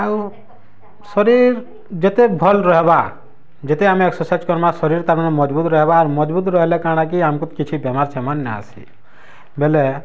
ଆଉ ଶରୀରର୍ ଯେତେ ଭଲ୍ ରହିବା ଯେତେ ଆମେ ଏକ୍ସରସାଇଜ୍ କର୍ମା ଶରୀରର୍ ତାମାନେ ମଜଭୁତ୍ ରହିବ ଆଉ ମଜଭୁତ୍ ରହିଲେ କାଣା କି ଆମକୁ କିଛି ବେମାର ଛେମାର୍ ନ ଆସେ ବୋଲେ